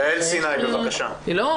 תודה רבה